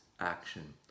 action